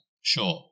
Sure